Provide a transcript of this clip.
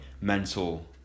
mental